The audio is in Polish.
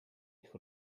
ich